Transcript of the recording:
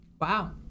Wow